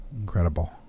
Incredible